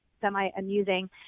semi-amusing